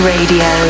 Radio